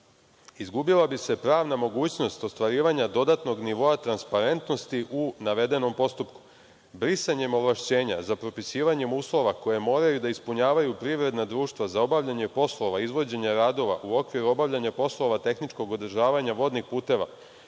izgubila bi se pravna mogućnost ostvarivanja dodatnog nivoa transparentnosti u navedenom postupku. Brisanjem ovlašćenja za propisivanjem uslova koje moraju da ispunjavaju privredna društva za obavljanje poslova izvođenja radova u okviru obavljanja poslova tehničkog održavanja vodnih puteva